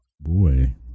boy